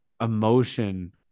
emotion